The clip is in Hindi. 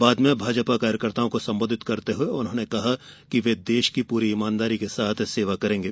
बाद में भाजपा कार्यकर्ताओं को संबोधित करते हुए श्री मोदी ने कहा कि वे देश की पूरी ईमानदारी के साथ सेवा करेंगे